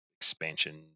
expansion